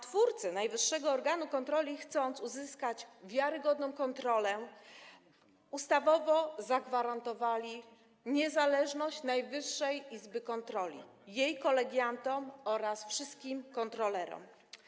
Twórcy najwyższego organu kontroli, chcąc uzyskać wiarygodną kontrolę, ustawowo zagwarantowali niezależność Najwyższej Izby Kontroli, jej kolegiantom oraz wszystkim kontrolerom.